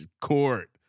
court